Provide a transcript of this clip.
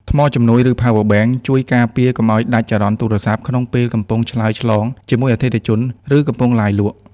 ថ្មជំនួយ ឬ Power Bank ជួយការពារកុំឱ្យដាច់ចរន្តទូរស័ព្ទក្នុងពេលកំពុងឆ្លើយឆ្លងជាមួយអតិថិជន ឬកំពុងឡាយលក់។